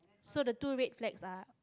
so the two red flags are